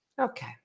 Okay